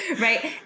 Right